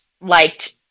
liked